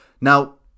Now